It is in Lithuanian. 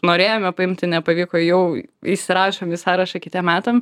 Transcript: norėjome paimti nepavyko jau įsirašom į sąrašą kitiem metam